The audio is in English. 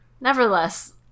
nevertheless